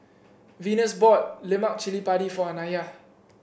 Venus bought Lemak Cili Padi for Anaya